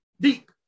deep